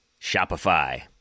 Shopify